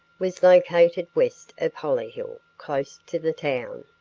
was located west of hollyhill, close to the town.